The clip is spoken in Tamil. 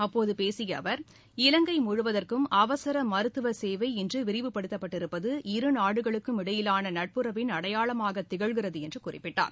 அப்போது பேசிய அவர் இலங்கை முழுவதற்கும் அவசர மருத்துவ சேவை இன்று விரிவுபடுத்தப்பட்டிருப்பது இரு நாடுகளுக்கும் இடையிலான நட்புறவின் அடையாளமாகத் திகழ்கிறது என்று குறிப்பிட்டார்